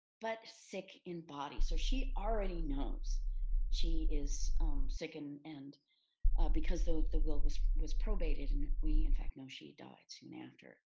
but sick in body. so, she already knows she is sickened and because the the will was was probated, and we in fact know she died soon after.